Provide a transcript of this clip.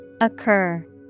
Occur